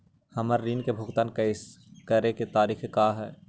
हमर ऋण के भुगतान करे के तारीख का हई?